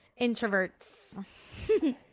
introverts